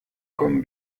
kommen